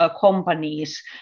companies